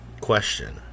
Question